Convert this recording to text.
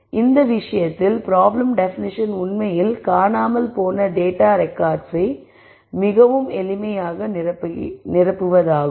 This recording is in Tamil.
எனவே இந்த விஷயத்தில் ப்ராப்ளம் டெபனிஷன் உண்மையில் காணாமல் போன டேட்டா ரெக்கார்ட்ஸை மிகவும் எளிமையாக நிரப்புகிறது